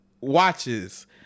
watches